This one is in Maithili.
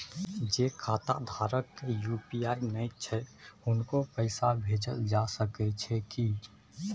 जे खाता धारक के यु.पी.आई नय छैन हुनको पैसा भेजल जा सकै छी कि?